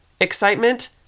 excitement